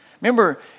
Remember